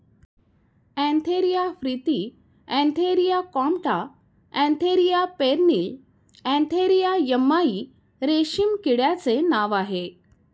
Antheraea frithi Antheraea compta Antheraea pernyi Antheraea yamamai रेशीम किड्याचे नाव आहे